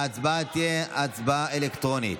ההצבעה תהיה הצבעה אלקטרונית.